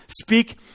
speak